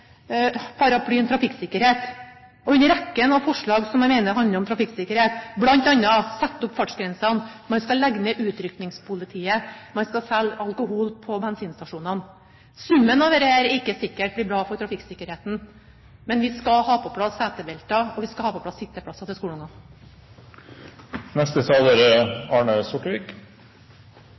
og når det gjelder rekken av forslag som man mener handler om trafikksikkerhet, bl.a. å sette opp fartsgrensene, å legge ned Utrykningspolitiet, å selge alkohol på bensinstasjonene, er det ikke sikkert summen blir bra for trafikksikkerheten. Men vi skal ha på plass setebelter, og vi skal ha på plass sitteplasser til